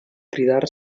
cridar